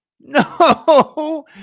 no